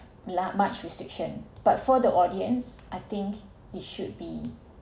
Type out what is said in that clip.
lah much restriction but for the audience I think it should be